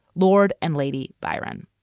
lord and lady byron.